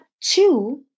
two